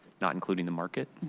not including the market.